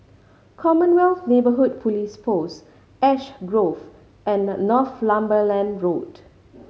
Commonwealth Neighbourhood Police Post Ash Grove and Northumberland Road